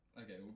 Okay